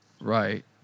Right